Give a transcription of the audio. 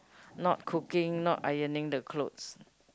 not cooking not ironing the clothes